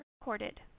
recorded